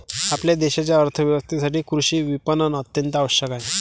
आपल्या देशाच्या अर्थ व्यवस्थेसाठी कृषी विपणन अत्यंत आवश्यक आहे